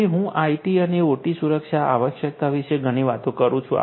તેથી હું આઇટી અને ઓટી સુરક્ષા આવશ્યકતા વિશે ઘણી વાતો કરું છું